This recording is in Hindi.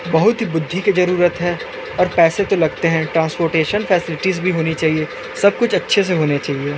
बहुत ही बुद्धि का जरूरत है और पैसे तो लगते हैं ट्रांस्पोटेशन फ़ैसिलिटी भी होनी चाहिए सब कुछ अच्छे से होनी चाहिए